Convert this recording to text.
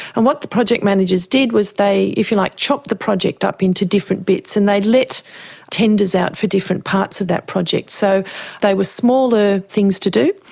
and what the project managers did was they, if you like, chopped the project up into different bits and they let tenders out for different parts of that project. so they were smaller things to do,